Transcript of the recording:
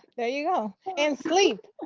there you go and sleep!